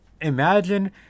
imagine